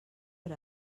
per